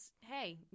hey